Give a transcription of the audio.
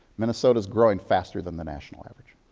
minnesota is growing faster than the national average.